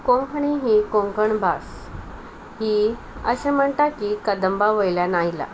कोंकणी ही कोंकण भास ही अशें म्हणटा की कदंबा वयल्यान आयला